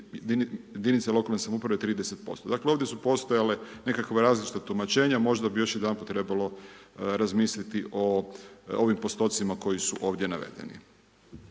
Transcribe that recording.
jedinice lokalne samouprave 30%. Dakle ovdje su postojale nekakva različita tumačenja, možda bi još jedanput trebalo razmisliti o ovim postocima koji su ovdje navedeni.